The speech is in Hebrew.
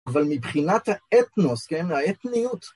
אבל מבחינת האתנוס, כן? האתניות.